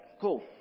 Cool